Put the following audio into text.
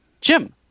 Jim